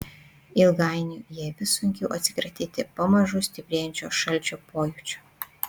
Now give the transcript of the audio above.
ilgainiui jai vis sunkiau atsikratyti pamažu stiprėjančio šalčio pojūčio